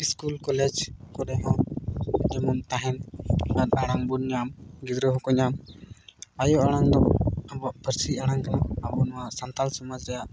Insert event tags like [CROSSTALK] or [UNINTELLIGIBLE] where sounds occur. school college ᱠᱚᱨᱮ ᱦᱚᱸ ᱡᱮᱢᱚᱱ ᱛᱟᱦᱮᱱ [UNINTELLIGIBLE] ᱧᱟᱢ ᱜᱤᱫᱽᱨᱟᱹ ᱦᱚᱸᱠᱚ ᱧᱟᱢ ᱟᱭᱳ ᱟᱲᱟᱝ ᱫᱚ ᱟᱵᱚᱣᱟᱜ ᱯᱟᱹᱨᱥᱤ ᱟᱲᱟᱝ ᱠᱟᱱᱟ ᱟᱵᱚ ᱱᱚᱣᱟ ᱥᱟᱱᱛᱷᱟᱞ ᱥᱚᱢᱟᱡᱽ ᱨᱮᱭᱟᱜ